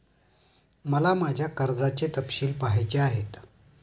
मला माझ्या कर्जाचे तपशील पहायचे आहेत